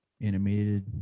animated